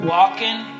Walking